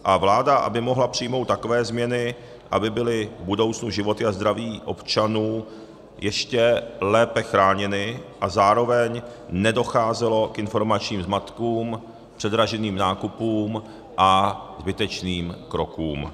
A vláda aby mohla přijmout takové změny, aby byly v budoucnu životy a zdraví občanů ještě lépe chráněny a zároveň nedocházelo k informačním zmatkům, předraženým nákupům a zbytečným krokům.